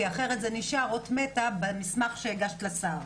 כי אחרת זה נשאר אות מתה במסמך שהגשת לשר.